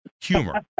Humor